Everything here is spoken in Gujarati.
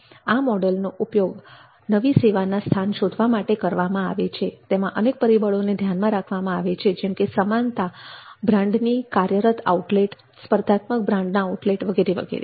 આ મોડલનો ઉપયોગ નવી સેવાના સ્થાન શોધવા માટે કરવામાં આવે છે તેમાં અનેક પરિબળોને ધ્યાનમાં રાખવામાં આવે છે જેમ કે સમાનતા બ્રાન્ડના કાર્યરત આઉટલેટ તથા સ્પર્ધાત્મક બ્રાન્ડના આઉટલેટ વગેરે વગેરે